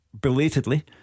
belatedly